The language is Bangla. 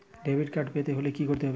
ডেবিটকার্ড পেতে হলে কি করতে হবে?